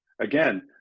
Again